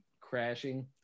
crashing